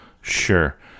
sure